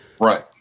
right